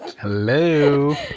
Hello